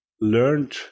learned